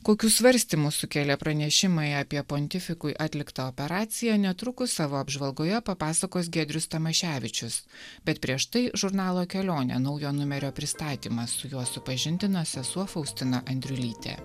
kokių svarstymų sukėlė pranešimai apie pontifikui atliktą operaciją netrukus savo apžvalgoje papasakos giedrius tamaševičius bet prieš tai žurnalo kelionė naujo numerio pristatymas su juo supažindino sesuo faustina andriulytė